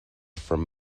from